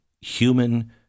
human